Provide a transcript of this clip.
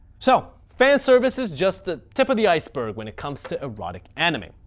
so fanservice is just the tip of the iceberg when it comes to erotic anime.